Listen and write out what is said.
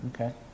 Okay